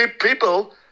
people